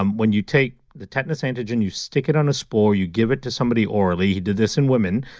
um when you take the tetanus antigen, you stick it on a spore, you give it to somebody orally, he did this in women.